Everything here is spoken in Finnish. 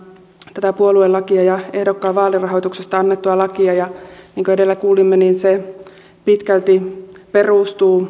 tätä puoluelakia ja ehdokkaan vaalirahoituksesta annettua lakia niin kuin edellä kuulimme niin se pitkälti perustuu